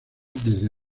desde